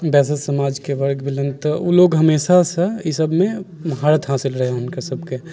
वैश्य समाजके वर्ग भेलनि तऽ ओ लोक हमेशासँ एहि सबमे महारत हासिल रहनि हुनका सबके